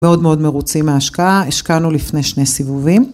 מאוד מאוד מרוצים מההשקעה, השקענו לפני שני סיבובים.